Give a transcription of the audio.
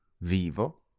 Vivo